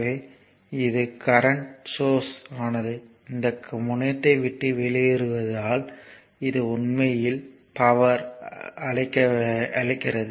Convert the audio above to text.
எனவே இது current source ஆனது இந்த முனையத்தை விட்டு வெளியேறுவதால் அது உண்மையில் பவர் அளிக்கிறது